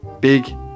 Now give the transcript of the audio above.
big